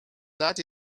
that